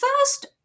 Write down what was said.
first